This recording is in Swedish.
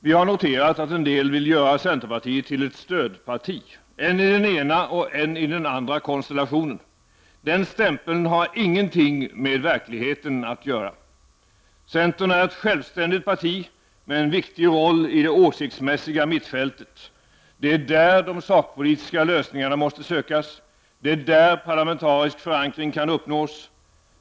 Vi har noterat att en del vill göra centerpartiet till ett ”stödparti”, än i den ena, än i den andra konstellationen. Den stämpeln har ingenting med verkligheten att göra. Centern är ett självständigt parti med en viktig roll i det åsiktsmässiga mittfältet. Det är där de sakpolitiska lösningarna måste sökas. Det är där parlamentarisk förankring kan uppnås.